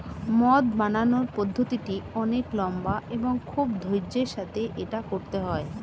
মদ বানানোর পদ্ধতিটি অনেক লম্বা এবং খুব ধৈর্য্যের সাথে এটা করতে হয়